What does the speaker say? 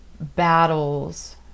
battles